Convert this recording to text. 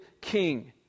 king